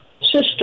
system